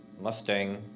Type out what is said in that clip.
Mustang